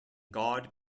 god